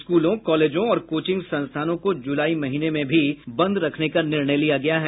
स्कूलों कॉलेजों और कोचिंग संस्थानों को जुलाई महीने में भी बंद रखने का निर्णय लिया गया है